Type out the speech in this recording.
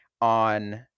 on